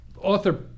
author